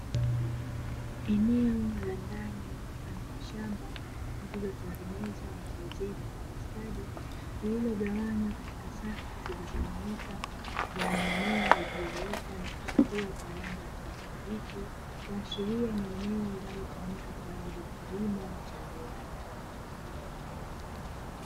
Eneo la ndani mfano wa shamba, lililotengenezwa na kuezekwa kwa ustadi; lililogawanywa katika safu zilizonyooka; zenye mimea iliyoota na kuchipua kwa rangi ya kijani kibichi, kuashiria kuwa ni eneo linalotumika kwa ajili ya kilimo cha viwanda.